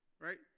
right